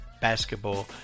basketball